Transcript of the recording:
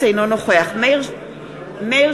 אינו נוכח מאיר שטרית,